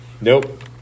Nope